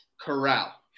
Corral